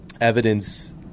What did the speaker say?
evidence